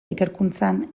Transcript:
ikerkuntzan